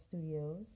Studios